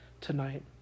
tonight